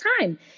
time